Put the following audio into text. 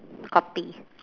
copy